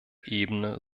ebene